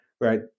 right